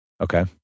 Okay